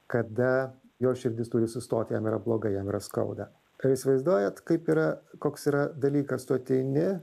kada jo širdis turi sustot jam yra blogai jam yra skauda kai įsivaizduojat kaip yra koks yra dalykas tu ateini